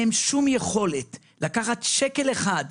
בוקר טוב לכולם.